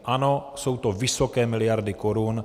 Ano, jsou to vysoké miliardy korun.